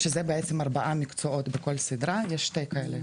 שזה בעצם ארבעה מקצועות בכל סדרה ויש שתי כאלו,